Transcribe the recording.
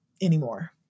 anymore